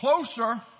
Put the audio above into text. closer